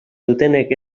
dutenek